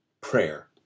Prayer